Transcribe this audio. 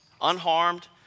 unharmed